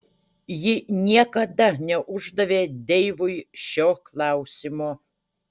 ji niekada neuždavė deivui šio klausimo